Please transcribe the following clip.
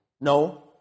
No